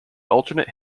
alternate